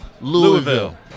Louisville